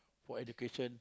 for education